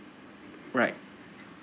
right